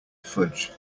fudge